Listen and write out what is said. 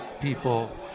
people